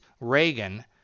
Reagan